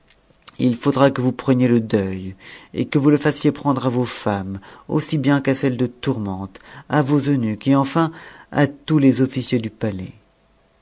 il faudra que vous preniez le deuil et que vous le fassiez prendre à vos femmes aussi bien qu'àceiies tourmente à vos eunuques et enfin à tous les officiers du palais